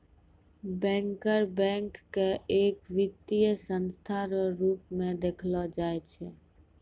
banker bank के एक वित्तीय संस्था रो रूप मे देखलो जाय छै